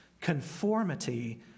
conformity